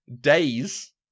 Days